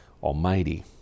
Almighty